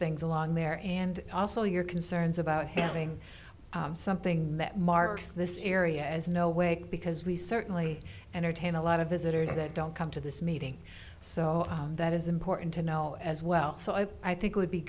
things along there and also your concerns about having something that marks this area as no way because we certainly entertain a lot of visitors that don't come to this meeting so that is important to know as well so i i think would be